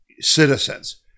citizens